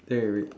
then can read